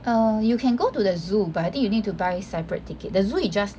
err you can go to the zoo but I think you need to buy separate ticket the zoo is just